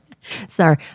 Sorry